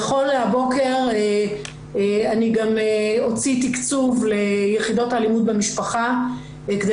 נכון להבוקר אני גם אוציא תקצוב ליחידות האלימות במשפחה כדי